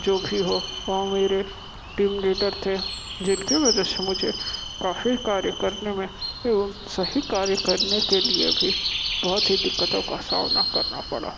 जो भी हो वो मेरे टीम लीडर थे जिनके वजह से मुझे काफ़ी कार्य करने मे एवं सही कार्य करने के लिए भी बहुत ही दिक्कतों का सामना करना पड़ा